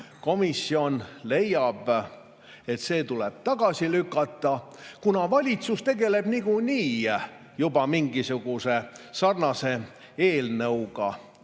komisjon leiab, et see tuleb tagasi lükata, kuna valitsus tegeleb niikuinii juba mingisuguse sarnase eelnõuga.